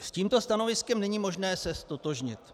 S tímto stanoviskem není možné se ztotožnit.